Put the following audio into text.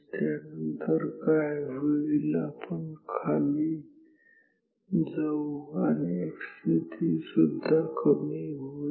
त्यानंतर काय होईल आपण खाली खाली जाऊ आणि x स्थिती सुद्धा कमी होईल